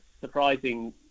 surprising